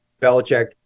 Belichick